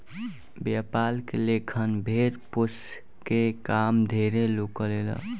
व्यापार के लेखन भेड़ पोसके के काम ढेरे लोग करेला